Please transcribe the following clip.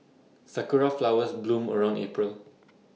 Sakura Flowers bloom around April